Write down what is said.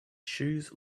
shoes